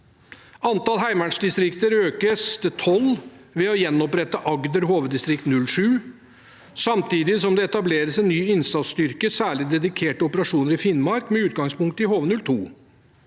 Antall heimevernsdistrikter økes til tolv ved å gjenopprette Agder HV-07, samtidig som det etableres en ny innsatsstyrke særlig dedikert til operasjoner i Finnmark, med utgangspunkt i HV-02,